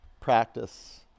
practice